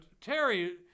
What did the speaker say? Terry